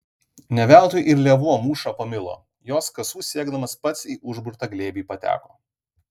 ne veltui ir lėvuo mūšą pamilo jos kasų siekdamas pats į užburtą glėbį pateko